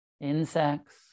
insects